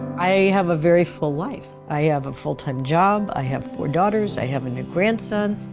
i have a very full life. i have a full time job. i have four daughters. i have a new grandson.